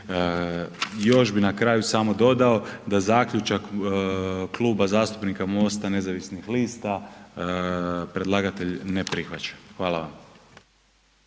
Još bi na kraju samo dodao da zaključak Kluba zastupnika Mosta nezavisnih lista predlagatelj ne prihvaća. Hvala vam.